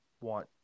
want